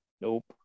Nope